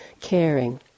caring